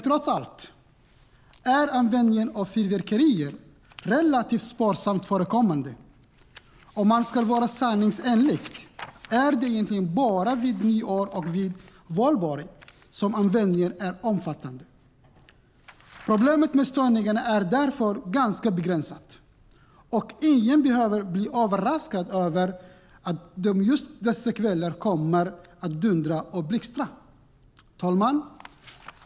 Trots allt är dock användningen av fyrverkerier relativt sparsamt förekommande. Om man ska vara sanningsenlig är det egentligen bara vid nyår och valborg som användningen är omfattande. Problemet med störningarna är därför ganska begränsat, och ingen behöver bli överraskad av att det just dessa kvällar kommer att dundra och blixtra. Herr talman!